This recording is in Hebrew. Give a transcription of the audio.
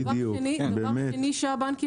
דבר שני שהבנקים